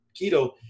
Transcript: keto